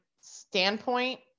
standpoint